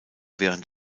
während